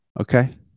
Okay